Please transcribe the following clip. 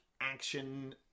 action